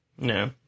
No